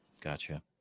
Gotcha